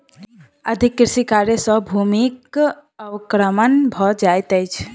अधिक कृषि कार्य सॅ भूमिक अवक्रमण भ जाइत अछि